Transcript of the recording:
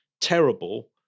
terrible